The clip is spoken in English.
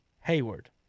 Hayward